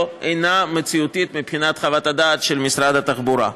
אינה מציאותית מבחינת חוות הדעת של משרד התחבורה.